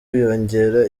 wiyongera